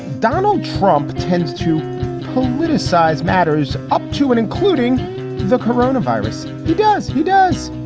donald trump tends to politicize matters up to and including the corona virus. he does. he does.